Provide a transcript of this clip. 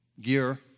gear